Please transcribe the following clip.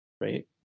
right